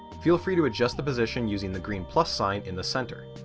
feel free to adjust the position using the green plus sign in the center.